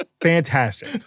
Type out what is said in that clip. fantastic